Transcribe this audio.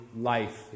life